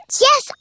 Yes